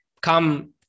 Come